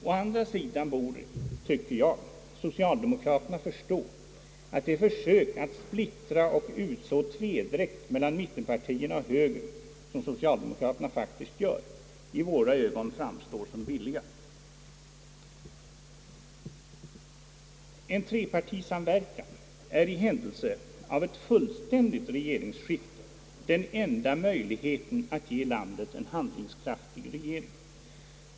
Å andra sidan tycker jag att socialdemokraterna borde förstå att de försök att splittra och utså tvedräkt mellan mittenpartierna och högern, som socialdemokraterna faktiskt gör, i våra ögon framstår såsom billiga. En trepartisamverkan är i händelse av ett fullständigt regeringsskifte den enda möjligheten att ge landet en handlingskraftig regering.